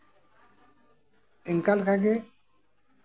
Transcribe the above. ᱤᱱᱠᱟ ᱞᱮᱠᱟᱜᱮ